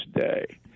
day